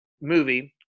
movie